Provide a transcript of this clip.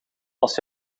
als